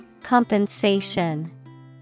Compensation